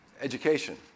education